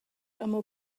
amo